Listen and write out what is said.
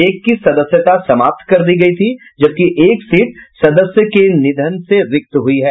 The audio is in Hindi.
एक की सदस्याता समाप्त कर दी गयी जबकि एक सीट सदस्य के निधन से रिक्त हुई है